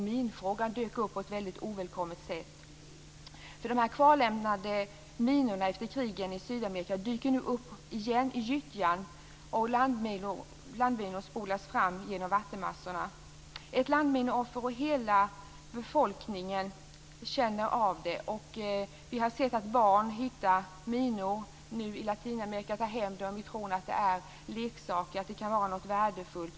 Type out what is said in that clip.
Minfrågan dök också upp på ett mycket ovälkommet sätt. De kvarlämnade minorna efter krigen i Sydamerika dyker nu upp igen i gyttjan, och landminor spolas fram genom vattenmassorna. Ett landmineoffer och hela befolkningen känner av det. Vi har sett att barn nu hittar minor i Latinamerika och tar hem dem i tron att det är leksaker eller att det kan vara något värdefullt.